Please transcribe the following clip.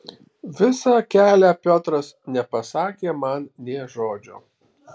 visą kelią piotras nepasakė man nė žodžio